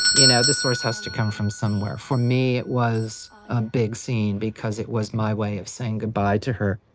you know the source has to come from somewhere. for me it was a big scene because it was my way of saying goodbye to her.